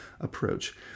approach